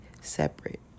separate